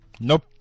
Nope